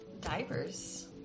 Diapers